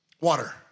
Water